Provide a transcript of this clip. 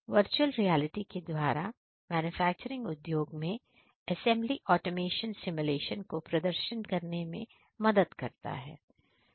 virtual reality के द्वारा manufacturing उद्योग में असेंबली ऑटोमेशन सिमुलेशन को प्रदर्शन करने में मदद करता है